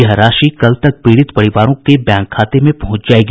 यह राशि कल तक पीड़ित परिवारों के बैंक खाते पहुंच जायेगी